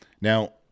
Now